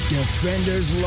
Defenders